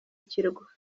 kirwa